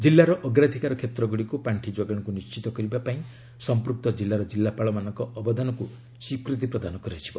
ଜିଲ୍ଲାର ଅଗ୍ରାଧିକାର କ୍ଷେତ୍ରଗୁଡ଼ିକୁ ପାଖି ଯୋଗାଣକୁ ନିଶ୍ଚିତ କରିବା ପାଇଁ ସମ୍ପୃକ୍ତ ଜିଲ୍ଲାର ଜିଲ୍ଲାପାଳଙ୍କ ଅବଦାନକୁ ସ୍ୱୀକୃତି ପ୍ରଦାନ କରାଯିବ